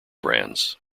brands